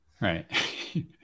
Right